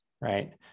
right